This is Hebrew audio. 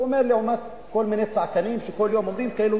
הוא אמר את זה לעומת כל מיני צעקנים שכל יום אומרים כאילו